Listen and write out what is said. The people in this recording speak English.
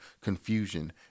confusion